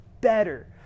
better